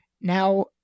Now